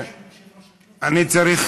לא, אני משיב.